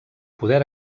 poder